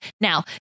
now